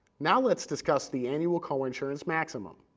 now let's discuss the annual coinsurance maximum.